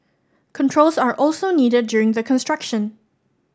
controls are also needed during the construction